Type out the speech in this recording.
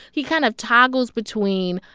he kind of toggles between,